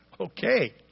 okay